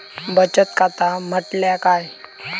बचत खाता म्हटल्या काय?